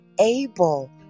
able